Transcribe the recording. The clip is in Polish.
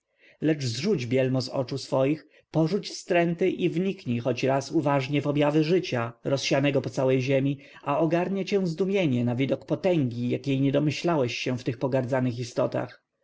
bielmo z oczu swoich porzuć wstręty i wniknij choć raz uważnie w objawy życia rozsianego po całej ziemi a ogarnie cię zdumienie na widok potęgi jakiej nie domyślałeś się w tych